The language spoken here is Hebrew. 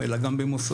אלא גם במוסדות.